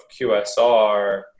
QSR